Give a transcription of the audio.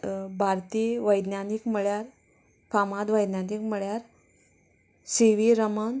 भारतीय वैज्ञानीक म्हळ्यार फामाद वैज्ञानीक म्हळ्यार सी वी रमन